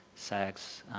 sex,